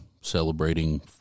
celebrating